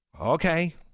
Okay